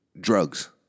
drugs